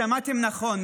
שמעתם נכון,